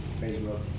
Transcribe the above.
Facebook